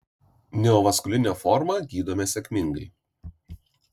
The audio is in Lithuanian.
neovaskulinę formą gydome sėkmingai